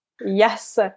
Yes